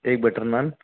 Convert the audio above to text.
ایک بٹر نان